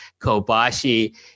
Kobashi